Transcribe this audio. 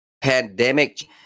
pandemic